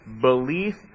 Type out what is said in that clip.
Belief